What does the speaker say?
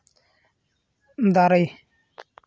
ᱫᱟᱨᱮ